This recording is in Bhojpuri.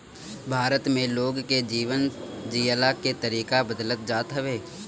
भारत में लोग के जीवन जियला के तरीका बदलत जात हवे